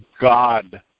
God